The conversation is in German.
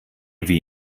wie